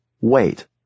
wait